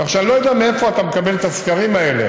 כך שאני לא יודע מאיפה אתה מקבל את הסקרים האלה.